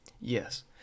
Yes